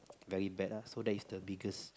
very bad ah so that's the biggest